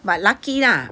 but lucky lah